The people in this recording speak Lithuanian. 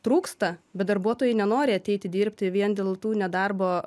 trūksta bet darbuotojai nenori ateiti dirbti vien dėl tų nedarbo